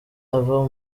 ava